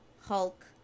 Hulk